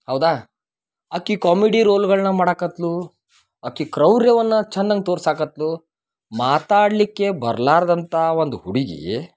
ಹೌದಾ ಆಕಿ ಕಾಮಿಡಿ ರೋಲ್ಗಳ್ನ ಮಾಡಾಕತ್ಲು ಆಕಿ ಕ್ರೌರ್ಯವನ್ನ ಛನ್ನಂಗ್ ತೋರ್ಸಾಕತ್ಲು ಮಾತಾಡಲಿಕ್ಕೆ ಬರ್ಲಾರ್ದಂತ ಒಂದು ಹುಡುಗಿ